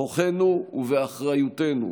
בכוחנו ובאחריותנו